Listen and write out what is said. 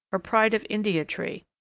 or pride of india tree.